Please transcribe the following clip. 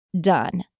done